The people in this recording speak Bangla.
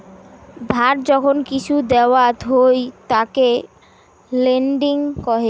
ধার যখন কিসু দাওয়াত হই তাকে লেন্ডিং কহে